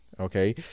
Okay